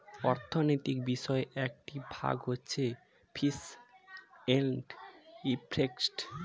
অর্থনৈতিক বিষয়ের একটি ভাগ হচ্ছে ফিস এন্ড ইফেক্টিভ